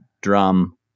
drum